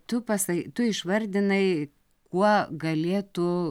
tu pasa tu išvardinai kuo galėtų